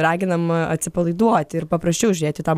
raginam atsipalaiduoti ir paprasčiau žiūrėti į tą